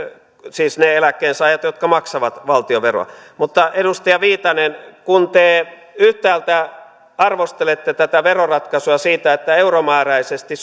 siis ne eläkkeensaajat jotka maksavat valtionveroa mutta edustaja viitanen kun te yhtäältä arvostelette tätä veroratkaisua siitä että euromääräisesti